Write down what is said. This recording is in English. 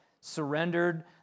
surrendered